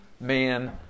Man